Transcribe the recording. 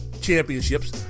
championships